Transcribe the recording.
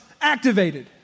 activated